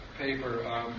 paper